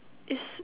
is